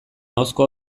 ahozko